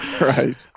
Right